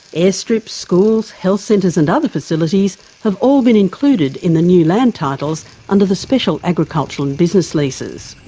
airstrips, schools, health centres and other facilities have all been included in the new land titles under the special agricultural and business leases.